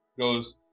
goes